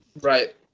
right